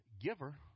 giver